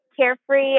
Carefree